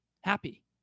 happy